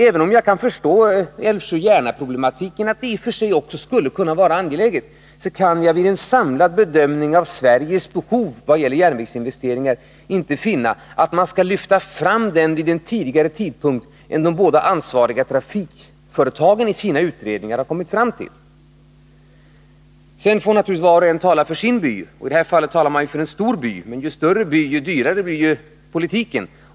Jag förstår Älvsjö-Järna-problematiken och att detta projekt i och för sig kan kännas angeläget. Men vid en samlad bedömning av Sveriges behov av järnvägsinvesteringar kan jag inte finna att man bör lyfta fram just detta projekt till en tidigare tidpunkt än vad de två ansvariga trafikföretagen vid sina utredningar kommit fram till. Sedan får naturligtvis var och en tala för sin by. I detta fall är det fråga om en stor by, och ju större by, desto dyrare blir politiken.